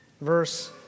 verse